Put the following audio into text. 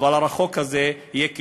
הרחוק הזה יהיה כישלון.